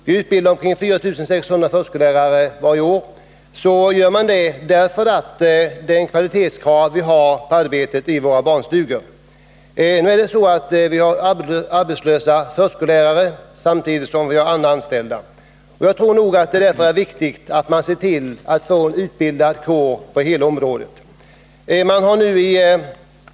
Vi utbildar omkring 4 600 förskollärare varje år, och det gör vi för att kunna uppfylla de kvalitetskrav som vi har på arbete inom barnstugor. Vi har emellertid arbetslösa förskollärare samtidigt som vi har andra anställda. Det är viktigt att man ser till att få en utbildad kår på hela detta område.